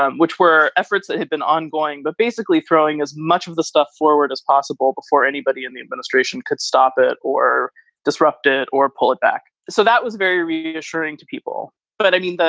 um which were efforts that had been ongoing, but basically throwing as much of the stuff forward as possible before anybody in the administration could stop it or disrupt it or pull it back. so that was very reassuring to people. but but i mean,